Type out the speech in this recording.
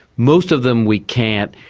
most of them we can't,